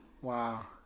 wow